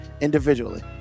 individually